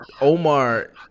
Omar